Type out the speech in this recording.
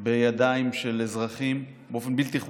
בידיים של אזרחים באופן בלתי חוקי: